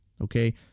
Okay